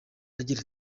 agira